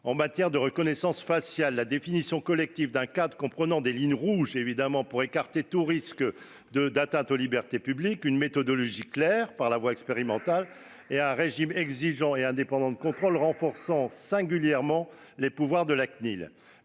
en matière de reconnaissance faciale, de définir collectivement un cadre comprenant des lignes rouges pour écarter tout risque d'atteintes aux libertés publiques, une méthodologie claire, par la voie expérimentale, et un régime exigeant et indépendant de contrôle renforçant singulièrement les pouvoirs de la Cnil.